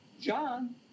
John